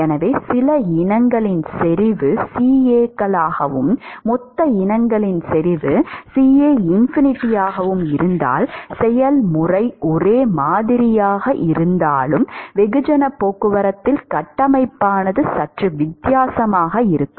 எனவே சில இனங்களின் செறிவு CA களாகவும் மொத்த இனங்களின் செறிவு CA∞ ஆகவும் இருந்தால் செயல்முறை ஒரே மாதிரியாக இருந்தாலும் வெகுஜன போக்குவரத்தில் கட்டமைப்பானது சற்று வித்தியாசமாக இருக்கும்